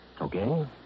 Okay